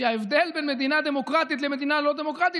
שההבדל בין מדינה דמוקרטית למדינה לא דמוקרטית